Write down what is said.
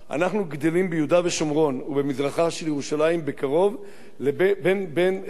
אנחנו גדלים ביהודה ושומרון ובמזרחה של ירושלים בין 25,000